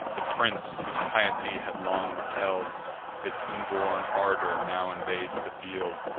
the prince, whose piety had long repell'd his inborn ardor, now invades the field